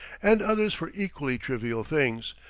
and others for equally trivial things,